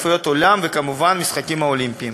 אליפויות העולם וכמובן המשחקים האולימפיים.